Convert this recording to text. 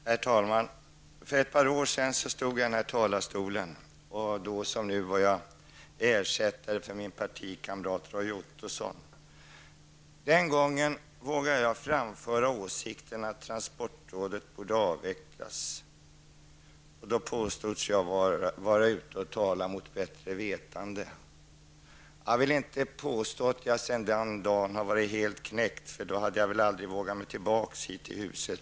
Herr talman! För ett par år sedan stod jag i denna talarstol. Då som nu var jag ersättare för min partikamrat Roy Ottosson. Den gången vågade jag framföra åsikten att transportrådet borde avvecklas. Då påstods jag vara ute och tala mot bättre vetande. Jag vill inte påstå att jag sedan den dagen har varit helt knäckt. I så fall hade jag väl aldrig vågat mig tillbaka till detta hus.